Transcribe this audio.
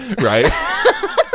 Right